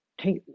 take